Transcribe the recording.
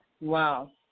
Wow